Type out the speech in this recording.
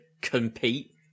compete